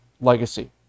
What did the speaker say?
legacy